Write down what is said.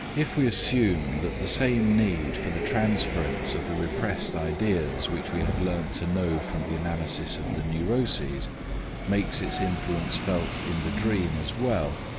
if we assume that the same need for the transference of the repressed ideas which we have learned to know from the analysis of the neuroses makes its influence felt in the dream as well,